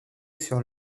sur